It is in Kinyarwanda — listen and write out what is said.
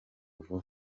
vuba